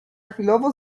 chwilowo